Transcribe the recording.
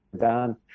done